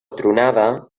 tronada